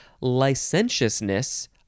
licentiousness